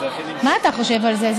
תצטרכי למשוך, מה אתה חושב על זה?